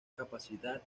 capacidad